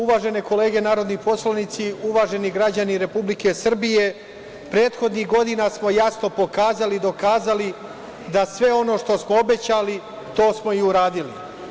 Uvažene kolege narodni poslanici, uvaženi građani Republike Srbije, prethodni godina smo jasno pokazali i dokazali da sve ono što smo obećali to smo i uradili.